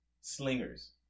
Slingers